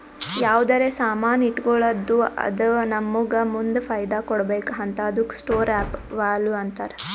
ಯಾವ್ದರೆ ಸಾಮಾನ್ ಇಟ್ಗೋಳದ್ದು ಅದು ನಮ್ಮೂಗ ಮುಂದ್ ಫೈದಾ ಕೊಡ್ಬೇಕ್ ಹಂತಾದುಕ್ಕ ಸ್ಟೋರ್ ಆಫ್ ವ್ಯಾಲೂ ಅಂತಾರ್